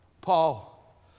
Paul